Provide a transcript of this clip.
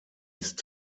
ist